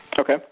Okay